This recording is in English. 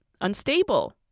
unstable